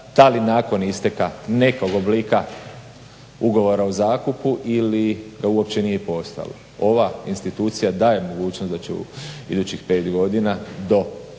da li nakon isteka nekog oblika ugovora o zakupu ili ga uopće nije postojalo. Ova institucija daje mogućnost da ću u idućih 5 godina do